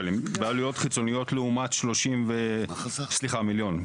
בעלויות חיצוניות לעומת, סליחה, מיליון.